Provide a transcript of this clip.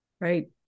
Right